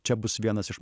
čia bus vienas iš